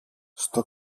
στο